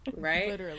right